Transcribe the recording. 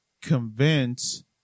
convince